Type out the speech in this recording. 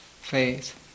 faith